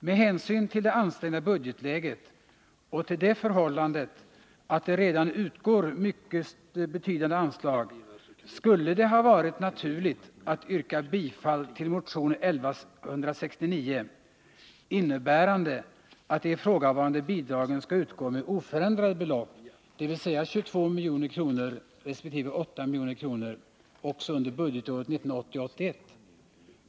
Med hänsyn till det ansträngda budgetläget och till det förhållandet att det redan utgår mycket betydande anslag skulle det ha varit naturligt att yrka bifall till motion 1169, innebärande att de ifrågavarande bidragen skall utgå med oförändrade belopp, dvs. 22 milj.kr. resp. 8 milj.kr., också under budgetåret 1980/81.